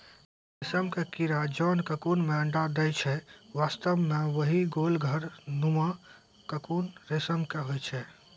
रेशम के कीड़ा जोन ककून मॅ अंडा दै छै वास्तव म वही गोल घर नुमा ककून रेशम के होय छै